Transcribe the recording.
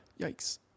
Yikes